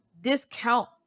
discount